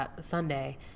Sunday